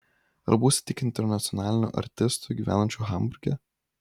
ar būsi tik internacionaliniu artistu gyvenančiu hamburge